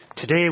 Today